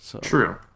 True